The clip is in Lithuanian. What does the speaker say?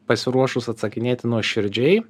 pasiruošus atsakinėti nuoširdžiai